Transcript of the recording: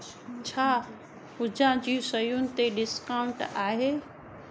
छा पूजा जूं शयूं ते डिस्काउंट आहे